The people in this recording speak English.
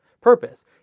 purpose